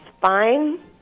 fine